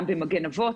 גם במגן אבות,